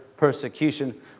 Persecution